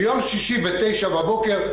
ביום שישי בשעה תשע בבוקר,